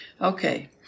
Okay